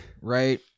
Right